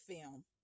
film